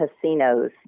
casinos